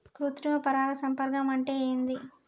కృత్రిమ పరాగ సంపర్కం అంటే ఏంది?